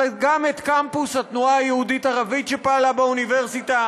אבל גם את קמפוס התנועה היהודית-ערבית שפעלה באוניברסיטה.